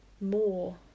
more